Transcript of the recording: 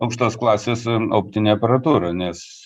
aukštos klasės optinė aparatūra nes